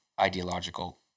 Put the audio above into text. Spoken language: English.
ideological